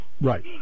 right